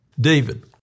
David